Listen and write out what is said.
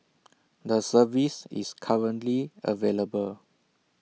the service is currently available